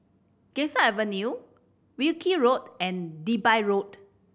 Ganges Avenue Wilkie Road and Digby Road